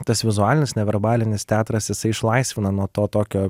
tas vizualinis neverbalinis teatras jisai išlaisvina nuo to tokio